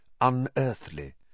unearthly